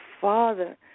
Father